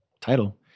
title